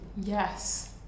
yes